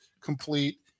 complete